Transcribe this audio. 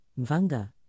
Mvanga